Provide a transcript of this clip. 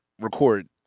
record